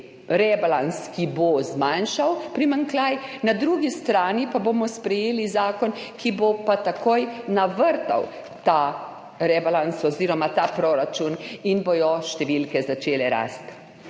rebalans, ki bo zmanjšal primanjkljaj, na drugi strani pa bomo sprejeli zakon, ki bo pa takoj navrtal ta rebalans oziroma ta proračun in bodo številke začele rasti.